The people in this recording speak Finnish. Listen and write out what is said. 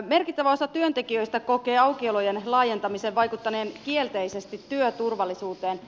merkittävä osa työntekijöistä kokee aukiolojen laajentamisen vaikuttaneen kielteisesti työturvallisuuteen